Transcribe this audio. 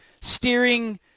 steering